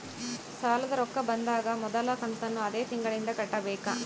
ಸಾಲದ ರೊಕ್ಕ ಬಂದಾಗ ಮೊದಲ ಕಂತನ್ನು ಅದೇ ತಿಂಗಳಿಂದ ಕಟ್ಟಬೇಕಾ?